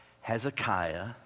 Hezekiah